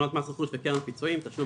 תקנות מס רכוש וקרן פיצויים (תשלום